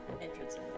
entrance